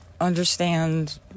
understand